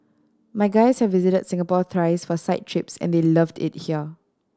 my guys have visited Singapore thrice for site trips and they loved it here